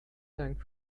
dank